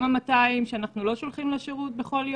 גם ה-200 שאנחנו לא שולחים לשירות בכל יום,